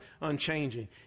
unchanging